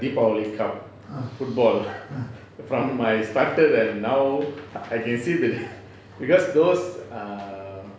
uh uh